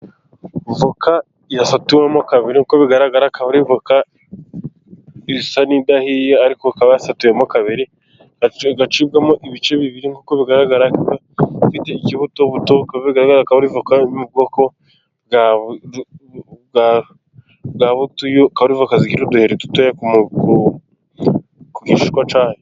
Avoka yasaturawemo kabiri uko bigaragara akaba ari aoka isa n'idahiye ,ariko ikaba yasatuwemo kabiri. Igacibwamo ibice bibiri, kuko bigaragarako ifite ikibutobuto . Uko bigaragara akaba ari avoka iri mu bwoko bwa Butuyu kaba ari avoka igira uduheri dutoya ku gishishwa cyayo.